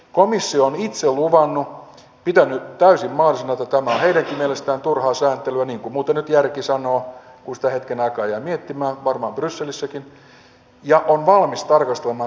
komissio on itse luvannut pitänyt täysin mahdollisena että tämä on heidänkin mielestään turhaa sääntelyä niin kuin muuten nyt järkikin sanoo kun sitä hetken aikaa jää miettimään varmaan brysselissäkin ja on valmis tarkastelemaan tämän uudelleen